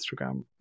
Instagram